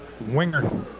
Winger